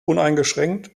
uneingeschränkt